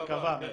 כן,